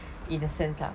in a sense lah